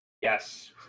yes